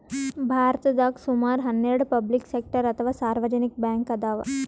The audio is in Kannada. ಭಾರತದಾಗ್ ಸುಮಾರ್ ಹನ್ನೆರಡ್ ಪಬ್ಲಿಕ್ ಸೆಕ್ಟರ್ ಅಥವಾ ಸಾರ್ವಜನಿಕ್ ಬ್ಯಾಂಕ್ ಅದಾವ್